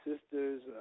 sisters